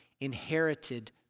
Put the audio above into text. inherited